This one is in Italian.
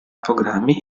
programmi